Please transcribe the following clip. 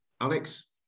Alex